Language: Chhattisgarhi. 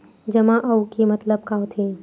जमा आऊ के मतलब का होथे?